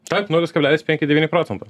taip nulis kablelis penki devyni procento